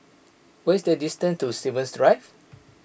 what is the distance to Stevens Drive